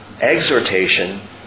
Exhortation